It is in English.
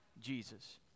Jesus